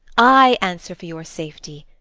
i answer for your safety.